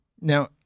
Now